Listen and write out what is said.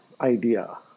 idea